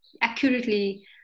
accurately